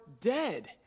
dead